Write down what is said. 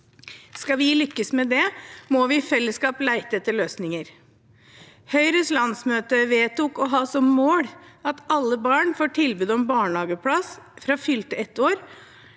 Skal vi lykkes med det, må vi i fellesskap lete etter løsninger. Høyres landsmøte vedtok å ha som mål at alle barn får tilbud om barnehageplass fra fylte ett år